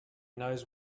knows